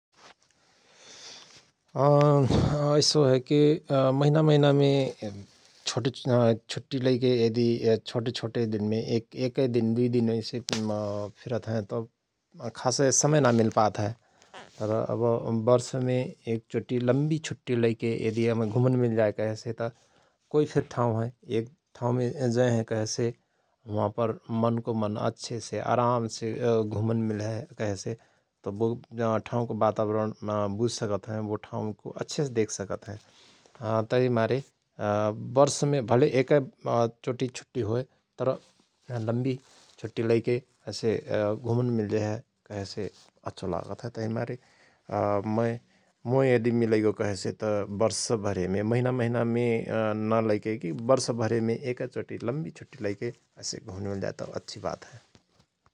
ऐसो हय कि अ महिना महिनामे छुट छुट्टिालैके यदि छोटे छोटे दिनमे एकय दिन दुई दिन ऐसि फिरत हयं तओ खासय समय ना मिलपात हय तर अव बर्षमे एक चोटी लम्वी छुट्टी लैके यदि हमय घुमन मिलजाय कहेसे त कोइ फिर ठाउंहयमे जयहयं कहेसे हुआं पर मनको मन अच्छेसे आरामसे घुमन मिलहय कहेसे वो ठाउँको वातावरण बुझ सकत हयं । वो ठाउँके अच्छेसे देख सकत हयं । तहि मारे बर्ष भरेमे भले एकय चोटी छुट्टि होय तर लम्वी छुट्टि लैके ऐसे घुमन मिलजयहय कहेसे अच्छो लागत हय । तहिमारे मय मोय यदि मिलैगो कहेसे त बर्ष भरेमे महिना महिना मे ना लेके कि वर्ष भरेमे एकय चोटी लम्वी छुट्टि लैके ऐसे घुमन मिलजाय तओ अच्छि बात हय ।